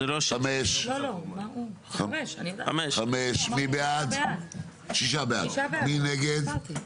הצבעה בעד, 6 נגד,